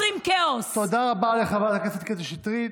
חברת הכנסת שטרית.